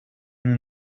nous